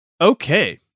Okay